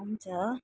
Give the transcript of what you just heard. हुन्छ